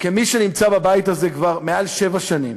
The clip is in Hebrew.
כמי שנמצא בבית הזה כבר מעל שבע שנים